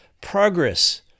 progress